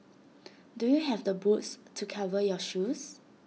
do you have the boots to cover your shoes